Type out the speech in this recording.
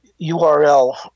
URL